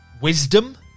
wisdom